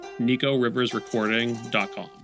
nicoriversrecording.com